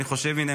הינה,